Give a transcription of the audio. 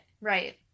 Right